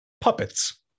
puppets